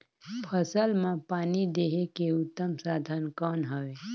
फसल मां पानी देहे के उत्तम साधन कौन हवे?